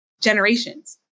generations